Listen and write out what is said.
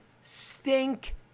stink